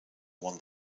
won